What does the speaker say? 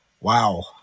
Wow